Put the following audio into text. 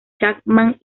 chapman